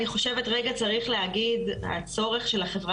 אני חושבת שרגע צריך להגיד שהצורך של החברה